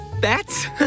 bats